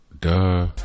duh